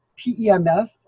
PEMF